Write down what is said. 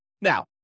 Now